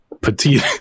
petite